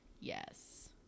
yes